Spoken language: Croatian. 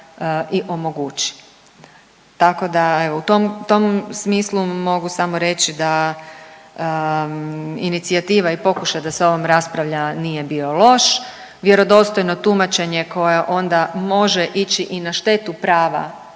i omogući, tako da evo u tom, u tom smislu mogu samo reći da inicijativa i pokušaj da se o ovom raspravlja nije bio loš, vjerodostojno tumačenje koje onda može ići i na štetu prava